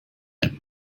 him